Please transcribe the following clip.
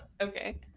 okay